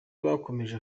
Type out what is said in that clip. bakomeje